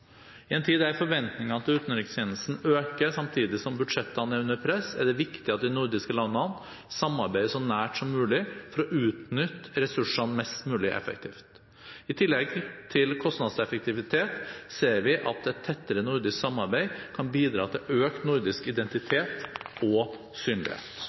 I en tid der forventningene til utenrikstjenestene øker samtidig som budsjettene er under press, er det viktig at de nordiske landene samarbeider så nært som mulig for å utnytte ressursene mest mulig effektivt. I tillegg til kostnadseffektivitet ser vi at et tettere nordisk samarbeid kan bidra til økt nordisk identitet og synlighet.